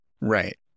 Right